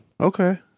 okay